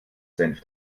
senf